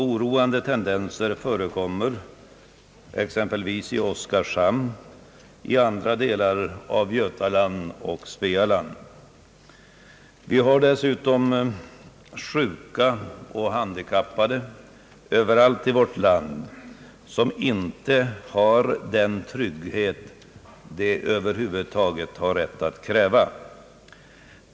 Oroande tendenser förekommer i Oskarshamn och i andra delar av Götaland och Svealand. Dessutom finns det sjuka och handikappade människor överallt i vårt land, vilka inte har den trygghet som de har rätt att kräva.